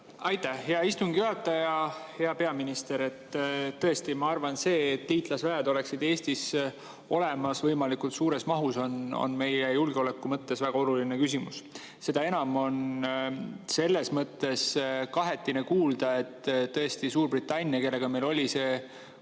Aitäh! Hea istungi juhataja! Hea peaminister! Ma arvan, see, et liitlasväed oleksid Eestis olemas võimalikult suures mahus, on meie julgeoleku mõttes väga oluline küsimus. Seda enam on kahetine kuulda, et [kuigi] Suurbritanniaga oli meil see